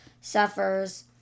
suffers